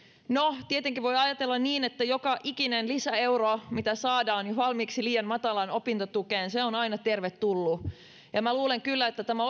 no tietenkin voi ajatella niin että joka ikinen lisäeuro mitä saadaan valmiiksi liian matalaan opintotukeen on aina tervetullut ja minä luulen kyllä että tämä